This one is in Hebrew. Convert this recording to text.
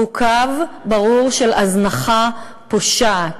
והוא קו ברור של הזנחה פושעת,